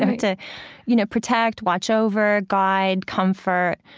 to you know protect, watch over, guide, comfort.